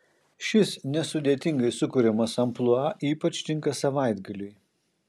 šis nesudėtingai sukuriamas amplua ypač tinka savaitgaliui